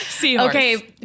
Okay